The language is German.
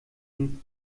dem